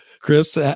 Chris